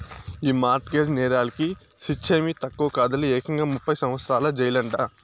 ఈ mortgage నేరాలకి శిచ్చేమీ తక్కువ కాదులే, ఏకంగా ముప్పై సంవత్సరాల జెయిలంట